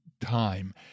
time